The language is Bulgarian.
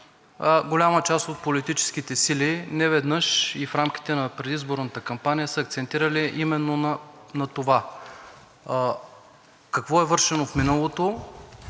голяма част от политическите сили неведнъж и в рамките на предизборната кампания са акцентирали именно на това – какво е вършено в миналото,